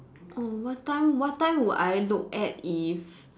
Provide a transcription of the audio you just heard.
err what time what time would I look at if